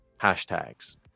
hashtags